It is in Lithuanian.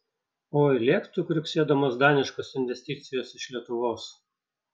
oi lėktų kriuksėdamos daniškos investicijos iš lietuvos